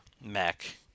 mac